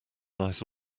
nice